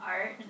art